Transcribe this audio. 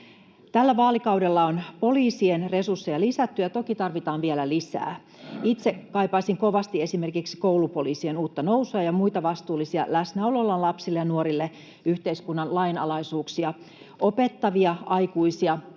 Tällä vaalikaudella on poliisien resursseja lisätty, ja toki tarvitaan vielä lisää. Itse kaipaisin kovasti esimerkiksi koulupoliisien uutta nousua ja muita vastuullisia, läsnäolollaan lapsille ja nuorille yhteiskunnan lainalaisuuksia opettavia aikuisia